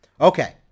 Okay